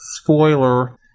spoiler